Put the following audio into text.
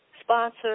sponsor